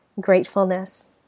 gratefulness